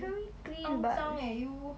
she help me clean but